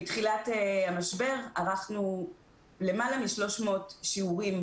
מתחילת המשבר ערכנו למעלה מ-300 שיעורים